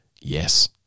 Yes